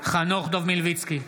חנוך דב מלביצקי,